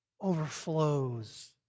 overflows